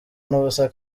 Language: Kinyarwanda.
n’ubusa